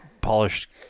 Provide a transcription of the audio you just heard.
polished